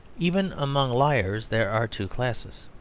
even among liars there are two classes,